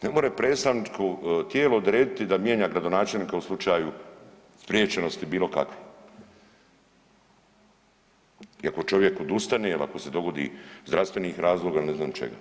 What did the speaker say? Ne može predstavničko tijelo odrediti da mijenja gradonačelnika u slučaju spriječenosti bilo kakve i ako čovjek odustane ili ako se dogodi iz zdravstvenih razloga, ne znam čega.